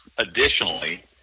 Additionally